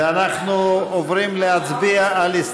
ואנחנו עוברים להצביע על,